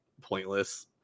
pointless